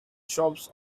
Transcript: shops